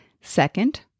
Second